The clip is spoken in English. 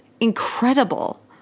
incredible